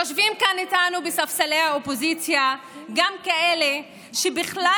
יושבים כאן איתנו בספסלי האופוזיציה גם כאלה שבכלל